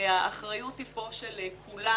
והאחריות היא פה של כולם.